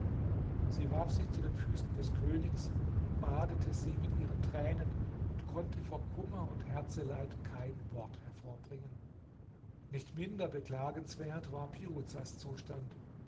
sie warf sich zu den füßen des königs badete sie mit ihren tränen und konnte vor kummer und herzeleid kein wort hervorbringen nicht minder beklagenswert war piruzas zustand